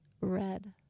red